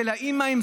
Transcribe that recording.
של האימא,